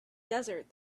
desert